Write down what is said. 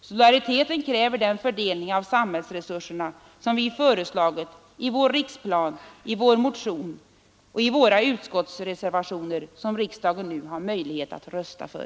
Solidariteten kräver den fördelning av samhällsresurserna, som vi föreslagit i vår riksplan, i vår motion och i våra utskottsreservationer, som riksdagen nu har möjlighet att rösta för.